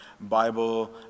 Bible